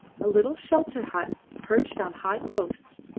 a little shelter-hut perched on high posts,